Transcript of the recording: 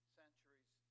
centuries